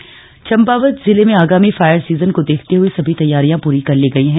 fire season Champawat जिले में आगामी फायर सीजन को देखते हए सभी तैयारियां प्री की गई है